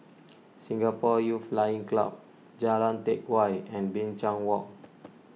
Singapore Youth Flying Club Jalan Teck Whye and Binchang Walk